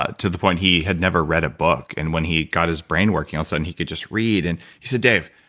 ah to the point he had never read a book, and when he got his brain working all the sudden he could just read. and he said, dave,